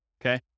Okay